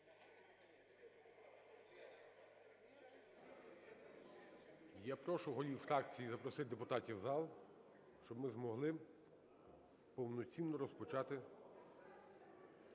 Я прошу голів фракцій запросити депутатів в зал, щоб ми змогли повноцінно розпочати